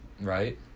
right